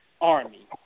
Army